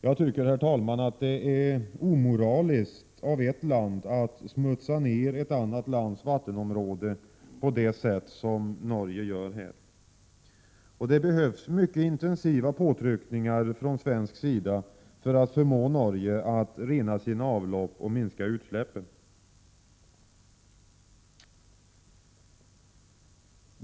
Jag tycker, herr talman, att det är omoraliskt av ett land att smutsa ned ett annat lands vattenområden på det sätt som Norge här gör. Det behövs mycket intensiva påtryckningar från svenska sidan för att förmå Norge att rena sina avlopp och minska utsläppen.